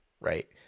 right